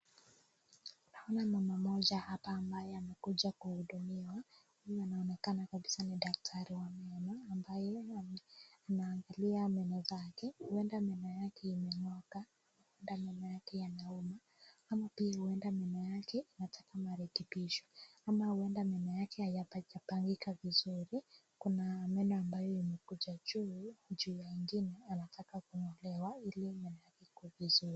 Naona mama mmoja hapa ambaye amekuja kuhudumiwa. Huyu anaonekana kabisa ni daktari wa meno ambaye anaangalia meno zake. Huenda meno yake imeng'oka na meno yake inauma ama pia huenda meno yake inataka marekebisho. Ama huenda meno yake haijapangika vizuri. Kuna meno ambayo imekuja juu juu ya ingine anataka kung'olewa ili meno yake ikuwe vizuri.